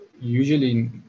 usually